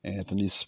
Anthony